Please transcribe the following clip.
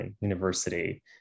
University